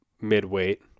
mid-weight